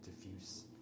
diffuse